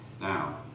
Now